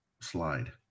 Slide